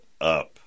up